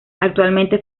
actualmente